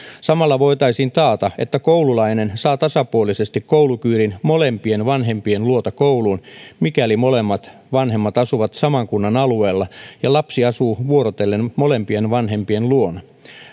samalla voitaisiin taata että koululainen saa tasapuolisesti koulukyydin molempien vanhempien luota kouluun mikäli molemmat vanhemmat asuvat saman kunnan alueella ja lapsi asuu vuorotellen molempien vanhempien luona